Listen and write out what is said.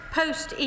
post